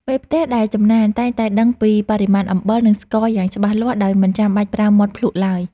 មេផ្ទះដែលចំណានតែងតែដឹងពីបរិមាណអំបិល និងស្ករយ៉ាងច្បាស់លាស់ដោយមិនចាំបាច់ប្រើមាត់ភ្លក្សឡើយ។